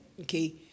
okay